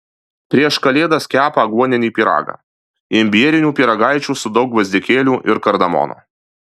prieš kalėdas kepa aguoninį pyragą imbierinių pyragaičių su daug gvazdikėlių ir kardamono